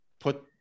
put